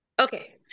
okay